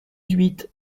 huit